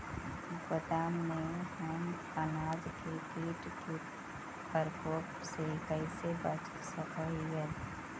गोदाम में हम अनाज के किट के प्रकोप से कैसे बचा सक हिय?